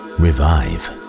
revive